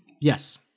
Yes